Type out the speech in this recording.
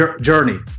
journey